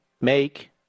make